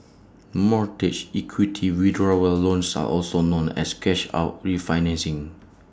mortgage equity withdrawal loans are also known as cash out refinancing